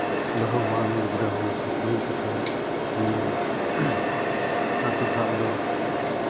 ᱵᱟᱹᱦᱩᱣᱟᱱ ᱜᱤᱫᱽᱨᱟᱹ ᱦᱩᱭ ᱠᱟᱛᱮᱫ ᱱᱤᱭᱟᱹ ᱦᱟᱹᱠᱩ ᱥᱟᱵᱫᱚ